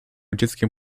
dzieckiem